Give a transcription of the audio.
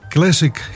Classic